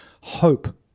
hope